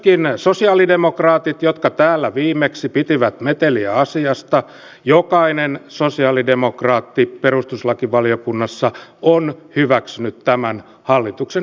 myöskin sosialidemokraatit jotka täällä viimeksi pitivät meteliä asiasta jokainen sosialidemokraatti perustuslakivaliokunnassa on hyväksynyt tämän hallituksen esityksen